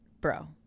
bro